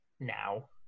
Now